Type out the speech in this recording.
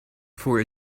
for